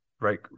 right